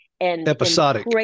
Episodic